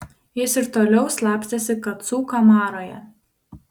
jis ir toliau slapstėsi kacų kamaroje